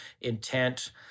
intent